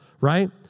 right